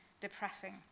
depressing